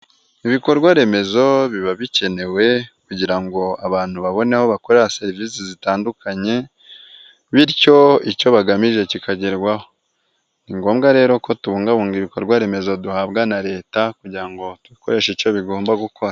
Ibikorwa remezo biba bikenewe kugira ngo abantu babone aho bakorera serivisi zitandukanye, bityo icyo bagamije kikagerwaho, ni ngombwa rero ko tubungabunga ibikorwa remezo duhabwa na Leta kugira ngo tubikoreshe icyo bigomba gukora.